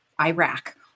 Iraq